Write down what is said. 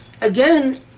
again